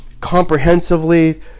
comprehensively